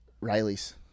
Riley's